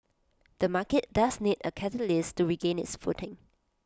the market does need A catalyst to regain its footing